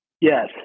Yes